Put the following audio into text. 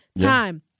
time